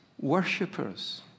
worshippers